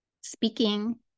speaking